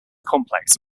complex